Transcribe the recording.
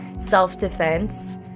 self-defense